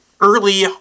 early